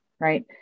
right